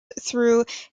through